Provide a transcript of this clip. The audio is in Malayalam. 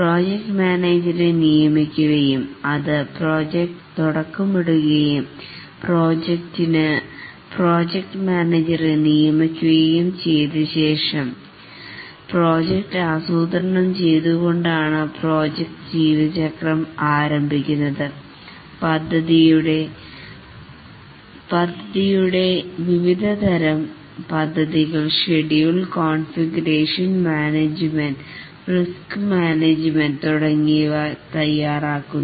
പ്രോജക്റ്റ് മാനേജരെ നിയമിക്കുകയും അത് പ്രോജക്ട് തുടക്കമിടുകയും പ്രോജക്റ്റിനു പ്രോജക്റ്റ് മാനേജരെ നിയമിക്കുകയും ചെയ്തതിനുശേഷം പ്രോജക്റ്റ് ആസൂത്രണം ചെയ്തു കൊണ്ടാണ് പ്രോജക്ട് ജീവിതചക്രം ആരംഭിക്കുന്നത് പദ്ധതിയുടെ വിവിധതരം പദ്ധതികൾ schedule configuration management risk management തുടങ്ങിയവ തയ്യാറാക്കുന്നു